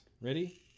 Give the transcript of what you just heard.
ready